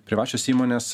privačios įmonės